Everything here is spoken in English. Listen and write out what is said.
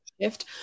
shift